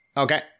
Okay